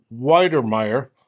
Weidermeyer